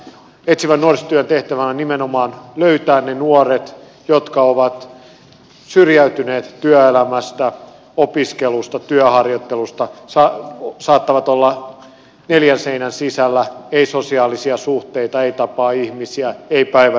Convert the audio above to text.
etsivän nuorisotyön tehtävä on nimenomaan löytää ne nuoret jotka ovat syrjäytyneet työelämästä opiskelusta työharjoittelusta saattavat olla neljän seinän sisällä ei sosiaalisia suhteita eivät tapaa ihmisiä ei päivärytmiä